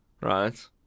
right